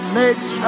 makes